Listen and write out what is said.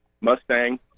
Mustang